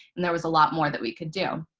and there was a lot more that we could do.